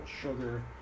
sugar